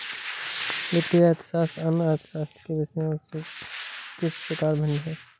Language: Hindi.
वित्तीय अर्थशास्त्र अन्य अर्थशास्त्र के विषयों से किस प्रकार भिन्न है?